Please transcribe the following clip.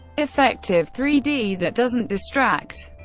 effective three d that doesn't distract.